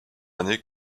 année